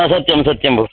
हा सत्यं सत्यं भो